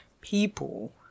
people